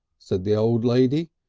said the old lady.